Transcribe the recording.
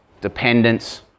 dependence